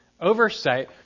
oversight